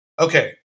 okay